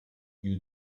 you